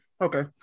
Okay